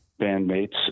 bandmates